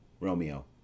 Romeo